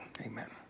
amen